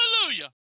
hallelujah